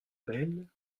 belle